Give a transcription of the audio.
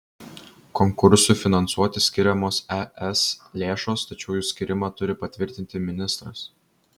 konkursui finansuoti skiriamos es lėšos tačiau jų skyrimą turi patvirtinti ministras